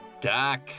Doc